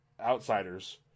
Outsiders